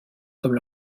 comme